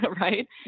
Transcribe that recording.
right